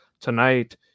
tonight